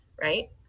right